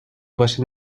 باشه